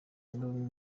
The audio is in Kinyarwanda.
y’ubumwe